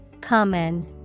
Common